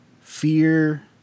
Fear